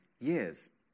years